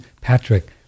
Patrick